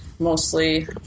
mostly